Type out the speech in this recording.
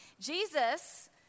Jesus